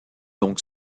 donc